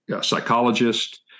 psychologist